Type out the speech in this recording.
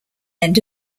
end